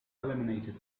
eliminated